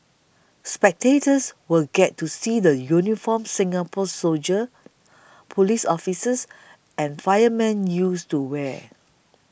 spectators will get to see the uniforms Singapore's soldiers police officers and firemen used to wear